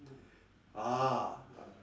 ah